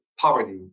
poverty